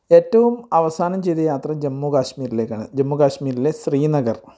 ഏറ്റവും അവസാനം ചെയ്ത യാത്ര ജമ്മു കാശ്മീരിലേക്കാണ് ജമ്മു കാശ്മീരിലെ ശ്രീനഗർ